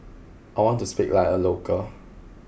I want to speak like a local